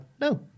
no